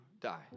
die